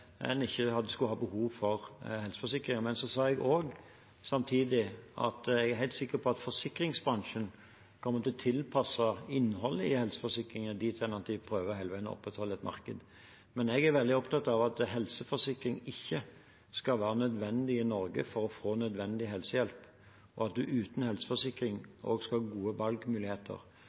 en ikke skulle ha behov for helseforsikringer. Men jeg sa samtidig at jeg er helt sikker på at forsikringsbransjen kommer til å tilpasse innholdet i helseforsikringen dit hen at de hele veien prøver å opprettholde et marked. Jeg er veldig opptatt av at helseforsikring ikke skal være nødvendig i Norge for å få nødvendig helsehjelp, og at man også uten helseforsikring skal ha gode valgmuligheter.